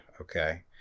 okay